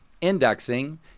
indexing